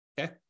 Okay